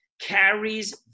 carries